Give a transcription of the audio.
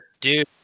dude